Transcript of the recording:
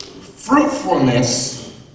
fruitfulness